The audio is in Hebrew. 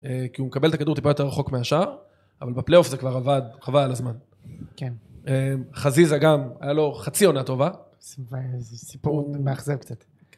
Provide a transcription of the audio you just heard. אה... כי הוא מקבל את הכדור טיפה יותר רחוק מהשער, אבל בפלייאוף זה כבר עבד, חבל על הזמן. כן. אמ... חזיזה גם, היה לו חצי עונה טובה, זה-זה סיפור מאכזב קצת.